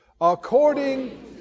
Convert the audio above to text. According